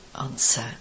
Answer